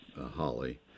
holly